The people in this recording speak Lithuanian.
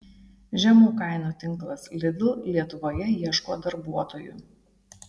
žemų kainų tinklas lidl lietuvoje ieško darbuotojų